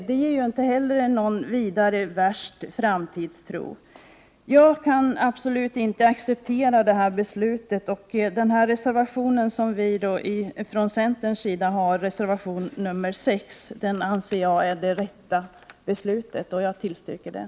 Detta inger inte heller någon vidare framtidstro. Jag vill absolut inte acceptera detta beslut. Ett bifall till den reservation vi har avgett från centerns sida, reservation nr 6, anser jag är det rätta beslutet. Jag yrkar bifall till den reservationen.